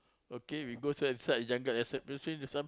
okay we go se~ inside the jungle then still have some